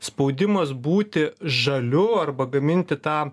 spaudimas būti žaliu arba gaminti tą